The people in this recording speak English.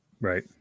Right